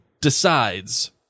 decides